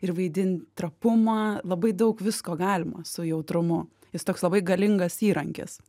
ir vaidin trapumą labai daug visko galima su jautrumu jis toks labai galingas įrankis